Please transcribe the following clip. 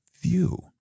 view